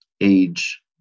age